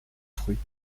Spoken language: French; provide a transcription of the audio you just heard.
fruits